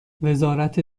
وزارت